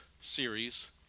series